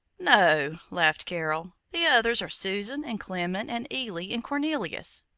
no, laughed carol, the others are susan, and clement, and eily, and cornelius.